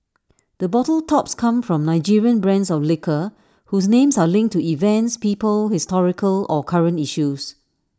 the bottle tops come from Nigerian brands of liquor whose names are linked to events people historical or current issues